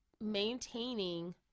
maintaining